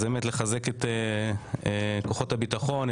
אני רוצה לחזק את כוחות הביטחון,